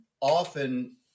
often